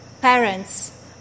Parents